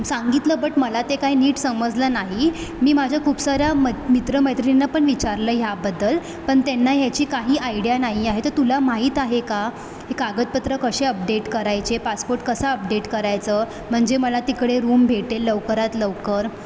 सांगितलं बट मला ते काही नीट समजलं नाही मी माझ्या खूप साऱ्या मै मित्र मैत्रिणींना पण विचारलं ह्याबद्दल पण त्यांना ह्याची काही आयडिया नाही आहे तर तुला माहीत आहे का हे कागदपत्र कसे अपडेट करायचे पासपोर्ट कसं अपडेट करायचं म्हणजे मला तिकडे रूम भेटेल लवकरात लवकर